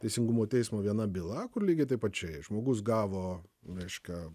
teisingumo teismo viena byla kur lygiai tai pačiai žmogus gavo meška